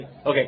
Okay